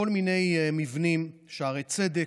כל מיני מבנים, שערי צדק.